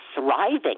thriving